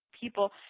people